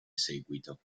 seguito